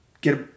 get